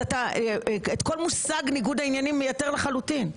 את כל מושג ניגוד העניינים אתה מייתר לחלוטין.